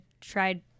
tried